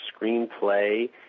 screenplay